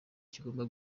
kigomba